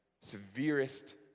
severest